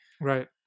Right